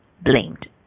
blamed